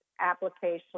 application